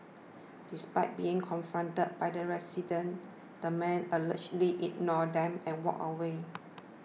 despite being confronted by the residents the man allegedly ignored them and walked away